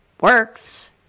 works